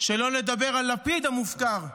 שלא לדבר על לפיד המופקר די,